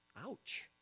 Ouch